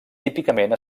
típicament